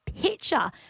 picture